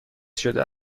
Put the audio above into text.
شده